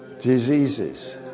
diseases